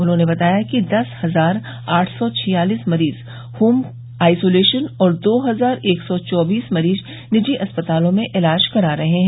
उन्होंने बताया कि दस हजार आठ सौ छियालीस मरीज होम आइसोलेशन और दो हजार एक सौ चौबीस मरीज निजी अस्पतालों में इलाज करा रहे हैं